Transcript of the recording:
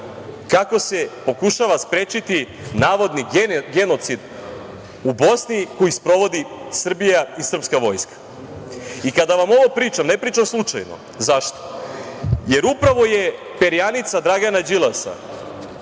kako se pokušava sprečiti navodni genocid u Bosni koji sprovodi Srbija i srpska vojska. Kada vam ovo pričam, ne pričam slučajno, zašto? Upravo je perjanica Dragana Đilasa,